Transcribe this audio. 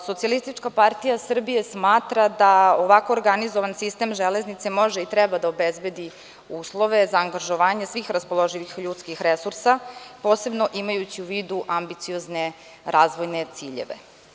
Socijalistička partija Srbije smatra da ovako organizovan sistem železnice može i treba da obezbedi uslove za angažovanje svih raspoloživih ljudskih resursa, posebno imajući u vidu ambiciozne razvojne ciljeve.